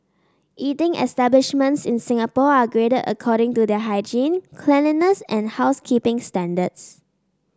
eating establishments in Singapore are graded according to their hygiene cleanliness and housekeeping standards